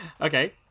okay